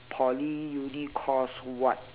poly uni course what